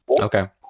Okay